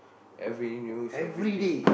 every news every thing